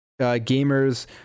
gamers